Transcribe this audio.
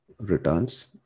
returns